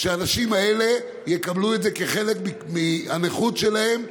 שהאנשים האלה יקבלו את זה כחלק מהנכות שלהם,